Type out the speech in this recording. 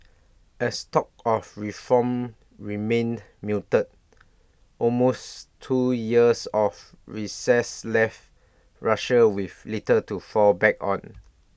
as talk of reform remained muted almost two years of recess left Russia with little to fall back on